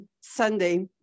Sunday